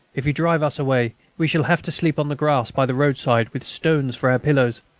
if you drive us away, we shall have to sleep on the grass by the roadside, with stones for our pillows.